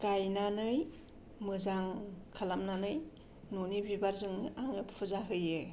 गायनानै मोजां खालामनानै न'नि बिबारजोंनो आङो फुजा होयो